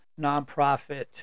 nonprofit